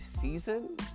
season